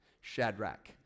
Shadrach